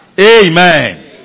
Amen